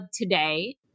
today